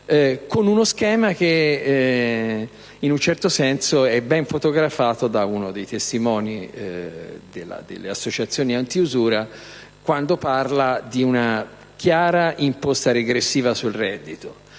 con uno schema ben fotografato da uno dei testimoni delle associazioni antiusura quando parla di una chiara imposta regressiva sul reddito.